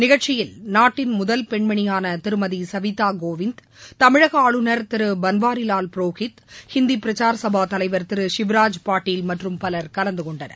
நிகழ்ச்சியில் நாட்டின் முதல் பெண்மணியான திருமதி சவிதா கோவிந்த் தமிழக ஆளுநர் திரு பன்வாரிலால் புரோகித் ஹிந்தி பிரசார சபா தலைவர் திரு சிவ்ராஜ் பாட்டில் மற்றும் பலர் கலந்துகொண்டனர்